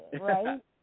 Right